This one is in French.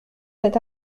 cet